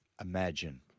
imagine